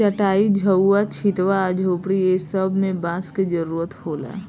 चाटाई, झउवा, छित्वा आ झोपड़ी ए सब मे बांस के जरुरत होला